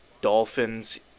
Dolphins